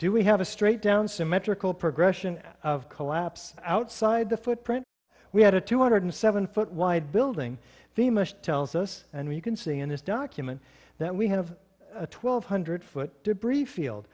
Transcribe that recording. do we have a straight down symmetrical progression of collapse outside the footprint we had a two hundred seven foot wide building famous tells us and we can see in this document that we have a twelve hundred foot debris field